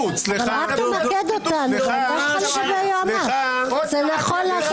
ספק הדין של העינויים קבע